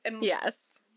Yes